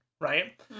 right